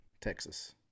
Texas